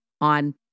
on